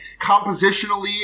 compositionally